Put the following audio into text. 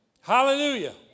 Hallelujah